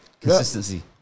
Consistency